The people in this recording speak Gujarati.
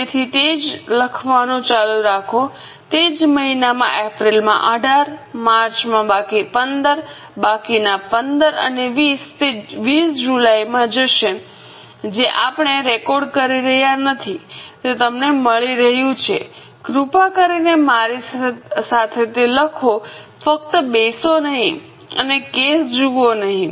તેથી તે જ રીતે લખવાનું ચાલુ રાખો તે જ મહિનામાં એપ્રિલમાં 18 માર્ચ માં બાકી 15 બાકીના 15 અને 20 તે 20 જુલાઇમાં જશે જે આપણે રેકોર્ડ કરી રહ્યાં નથી તે તમને મળી રહ્યું છે કૃપા કરીને મારી સાથે તે લખો ફક્ત બેસો નહીં અને કેસ જુઓ નહીં